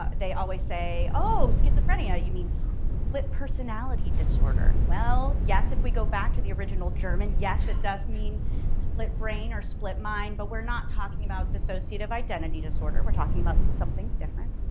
ah they always say oh schizophrenia you mean so split personality disorder. well, yes, if we go back to the original german. yes it does mean split brain or split mind, but we're not talking about dissociative identity disorder. we're talking about something different.